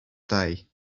day